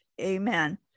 amen